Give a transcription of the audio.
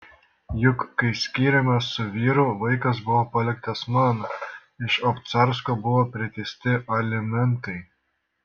juk kai skyrėmės su vyru vaikas buvo paliktas man iš obcarsko buvo priteisti alimentai